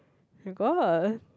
you got